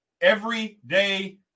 everyday